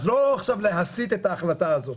אז לא להסית עכשיו את ההחלטה הזו.